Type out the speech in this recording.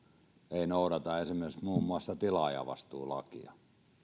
eivät noudata esimerkiksi muun muassa tilaajavastuulakia